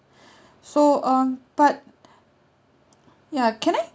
so um but ya can I